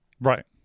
Right